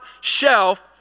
shelf